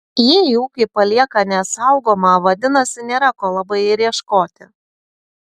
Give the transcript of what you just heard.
jei ūkį palieka nesaugomą vadinasi nėra ko labai ir ieškoti